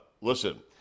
listen